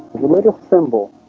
little symbol.